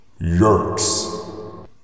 Yerks